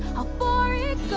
ah far it